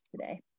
today